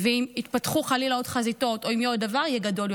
ואם יתפתחו חלילה עוד חזיתות או אם יהיה עוד דבר,